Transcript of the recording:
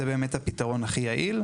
זה באמת הפתרון הכי יעיל,